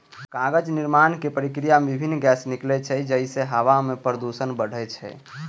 कागज निर्माणक प्रक्रिया मे विभिन्न गैस निकलै छै, जइसे हवा मे प्रदूषण बढ़ै छै